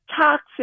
Toxic